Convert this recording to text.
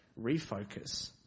refocus